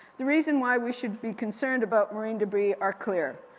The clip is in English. the reasons why we should be concerned about marine debris are clear.